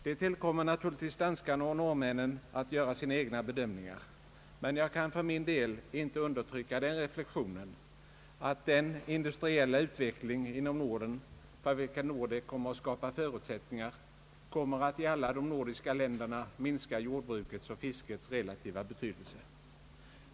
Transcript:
Det = tillkommer naturligtvis danskarna och norrmännen att göra sina egna bedömningar, men jag kan för min del inte undertrycka den reflexionen att den industriella utveckling inom Norden, för vilken Nordek kommer att skapa förutsättningar, kommer att i alla de nordiska länderna minska jordbrukets och fiskets relativa betydelse.